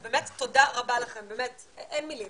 אז באמת תודה רבה לכם, אין מילים.